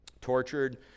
tortured